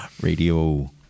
radio